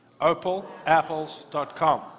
OpalApples.com